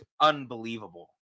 unbelievable